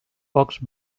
pocs